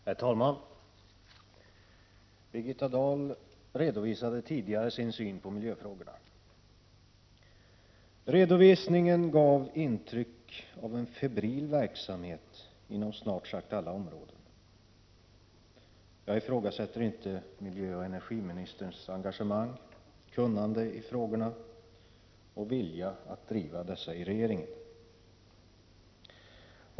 Herr talman! Birgitta Dahl redovisade tidigare sin syn på miljöfrågorna. Redovisningen gav intryck av en febril verksamhet inom snart sagt alla områden. Jag ifrågasätter inte miljöoch energiministerns engagemang, kunnande i frågorna och vilja att driva dessa i regeringen.